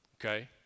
okay